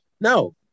No